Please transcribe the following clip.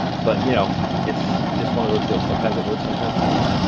but you know it's just one of those deals sometimes it works, sometimes it doesn't.